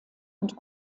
und